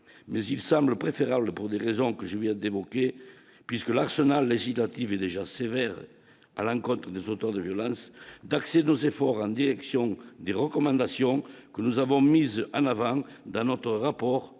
mais il semble préférable, pour des raisons que je viens des mots clés puisque l'arsenal législatif est déjà sévère à l'encontre des auteurs de violence, d'axer nos efforts en direction des recommandations que nous avons mise en avant d'un autre rapport